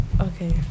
Okay